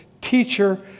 Teacher